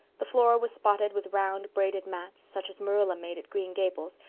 the floor was spotted with round, braided mats, such as marilla made at green gables,